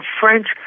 French